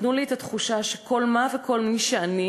נתנו לי את התחושה שכל מה וכל מי שאני,